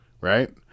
right